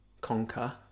conquer